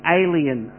alien